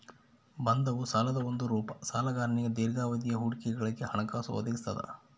ಬಂಧವು ಸಾಲದ ಒಂದು ರೂಪ ಸಾಲಗಾರನಿಗೆ ದೀರ್ಘಾವಧಿಯ ಹೂಡಿಕೆಗಳಿಗೆ ಹಣಕಾಸು ಒದಗಿಸ್ತದ